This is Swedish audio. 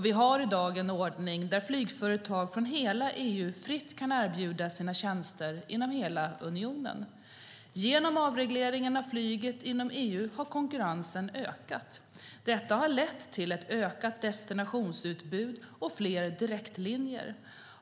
Vi har i dag en ordning där flygföretag från hela EU fritt kan erbjuda sina tjänster inom hela unionen. Genom avregleringen av flyget inom EU har konkurrensen ökat. Det har lett till ett ökat destinationsutbud och fler direktlinjer.